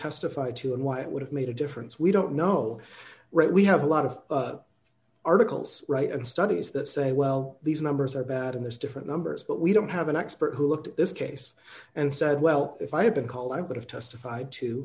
estified to and why it would have made a difference we don't know right we have a lot of articles right and studies that say well these numbers are bad and there's different numbers but we don't have an expert who looked at this case and said well if i had been called i would have testif